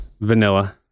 vanilla